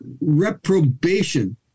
reprobation